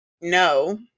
no